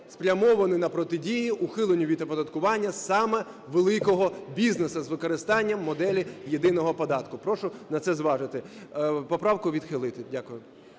спрямований на протидію ухиленню від оподаткування саме великого бізнесу з використанням моделі єдиного податку. Прошу на це зважити. Поправку відхилити. Дякую.